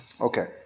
Okay